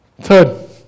third